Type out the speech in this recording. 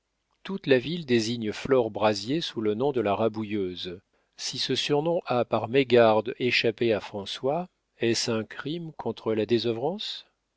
toute la ville désigne flore brazier sous le surnom de la rabouilleuse si ce surnom a par mégarde échappé à françois est-ce un crime contre la désœuvrance